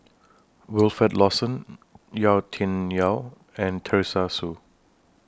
Wilfed Lawson Yau Tian Yau and Teresa Hsu